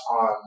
on